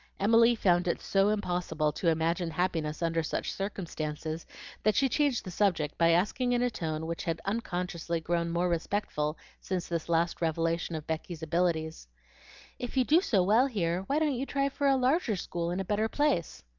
emily found it so impossible to imagine happiness under such circumstances that she changed the subject by asking in a tone which had unconsciously grown more respectful since this last revelation of becky's abilities if you do so well here why don't you try for a larger school in a better place?